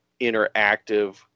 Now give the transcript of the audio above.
interactive